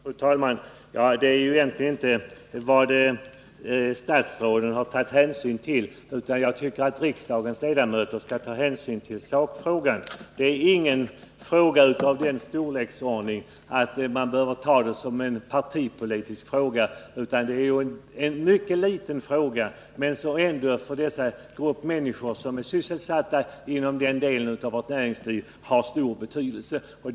Fru talman! Här är det egentligen inte fråga om vad statsrådet har tagit hänsyn till, utan jag tycker att riksdagens ledamöter skall ta hänsyn till sakfrågan. Detta är inte en fråga av den storleksordningen att den bör uppfattas som partipolitisk. Detta är en mycket liten fråga, men för de människor som är sysselsatta inom denna del av vårt näringsliv har den stor betydelse.